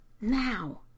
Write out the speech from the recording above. now